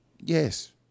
Yes